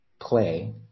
play